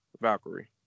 valkyrie